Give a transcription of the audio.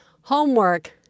homework